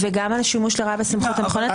וגם על השימוש לרעה בסמכות המכוננת.